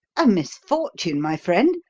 a misfortune, my friend?